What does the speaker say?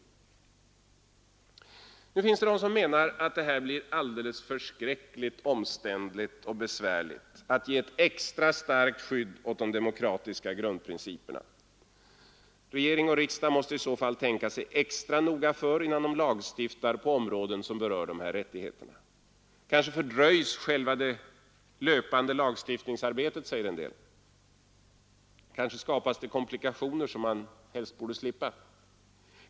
Nu finns det de som menar att det blir alldeles förskräckligt omständligt och besvärligt att ge ett extra starkt skydd åt de demokratiska grundprinciperna. Regering och riksdag måste i så fall tänka sig extra noga för innan de lagstiftar på områden som berör dessa rättigheter. Kanske fördröjs själva det löpande lagstiftningsarbetet, säger man. Kanske skapas det komplikationer som man helst ville slippa.